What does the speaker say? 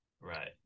right